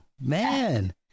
Man